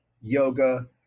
yoga